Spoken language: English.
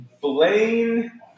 Blaine